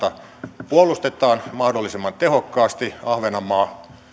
koko maata puolustetaan mahdollisimman tehokkaasti ahvenanmaa